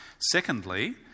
Secondly